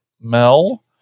Mel